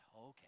Okay